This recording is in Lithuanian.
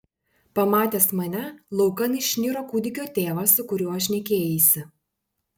pamatęs mane laukan išniro kūdikio tėvas su kuriuo šnekėjaisi